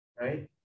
Right